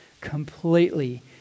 completely